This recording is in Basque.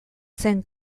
zen